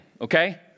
okay